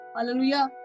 Hallelujah